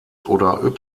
oder